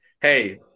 Hey